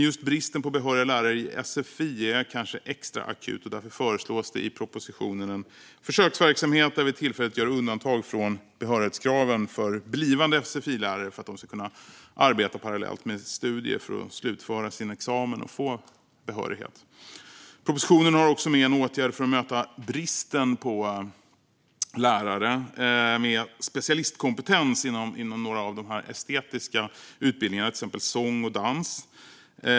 Just bristen på behöriga lärare i sfi är kanske extra akut, och därför föreslås i propositionen en försöksverksamhet där vi tillfälligt gör undantag från behörighetskraven för blivande sfi-lärare för att de ska kunna arbeta parallellt med studier, slutföra sin examen och få behörighet. I propositionen finns också en åtgärd för att möta bristen på lärare med specialistkompetens inom estetiska utbildningar, till exempel sång och dans.